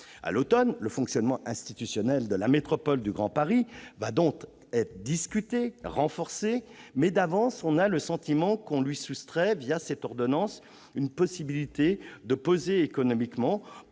À l'automne, le fonctionnement institutionnel de la métropole du Grand Paris va donc être discuté, renforcé, mais d'avance, on a le sentiment qu'on lui soustrait, cette ordonnance, une possibilité de peser économiquement,